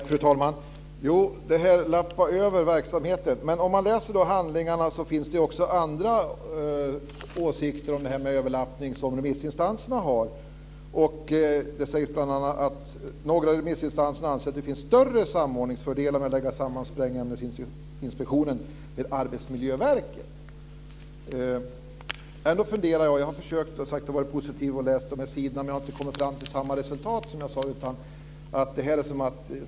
Fru talman! Det sägs att verksamheterna överlappar. Men om man läser handlingarna ser man att det hos remissinstanserna också finns andra åsikter om överlappning. Bl.a. anser några av remissinstanserna att det finns större samordningsfördelar med att lägga samman Sprängämnesinspektionen med Arbetsmiljöverket. Jag har försökt att vara positiv när jag läst dessa sidor. Men jag har inte kommit fram till samma resultat.